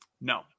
No